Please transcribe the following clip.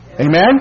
Amen